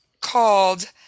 called